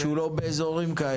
שהוא לא באזורים כאלה?